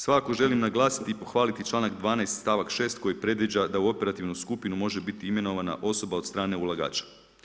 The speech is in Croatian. Svakako želim naglasiti i pohvaliti članak 12. stavak 6. koji predviđa da u operativnu skupinu može biti imenovana osoba od strane ulagača.